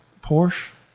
Porsche